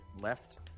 left